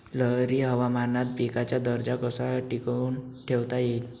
लहरी हवामानात पिकाचा दर्जा कसा टिकवून ठेवता येईल?